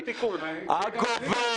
הגובר,